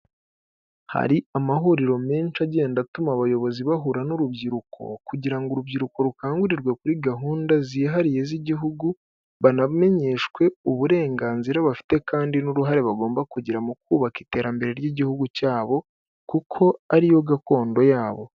Hari amahuriro menshi agenda atuma abayobozi bahura n'urubyiruko kugira ngo urubyiruko rukangurirwe kuri gahunda zihariye z'igihugu, banamenyeshwe uburenganzira bafite kandi n'uruhare bagomba kugira mu kubaka iterambere ry'igihugu cyabo kuko ariyo gakondo yabo.